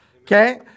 okay